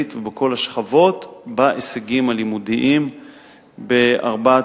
ובכל השכבות בהישגים הלימודיים בארבעת,